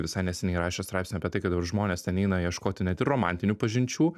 visai neseniai rašė straipsnį apie tai kad dabar žmonės ten eina ieškoti net ir romantinių pažinčių